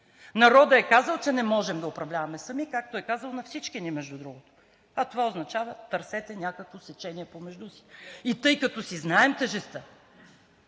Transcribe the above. Народът е казал, че не можем да управляваме сами, както е казал на всички ни, между другото, а това означава – търсете някакво сечение помежду си, и тъй като си знаем тежестта,